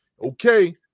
Okay